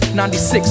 96